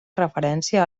referència